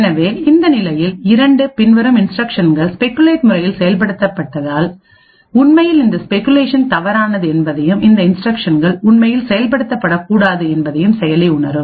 எனவே இந்த நிலையில் 2 பின்வரும் இன்ஸ்டிரக்ஷன்கள் ஸ்பெகுலேட் முறையில் செயல்படுத்தப்பட்டதால் உண்மையில் இந்த ஸ்பெகுலேஷன் தவறானது என்பதையும் இந்த இன்ஸ்டிரக்ஷன்கள் உண்மையில் செயல்படுத்தப்படக்கூடாது என்பதையும் செயலி உணரும்